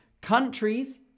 countries